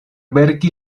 verki